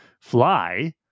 fly